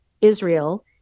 Israel